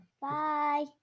Bye